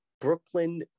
Brooklyn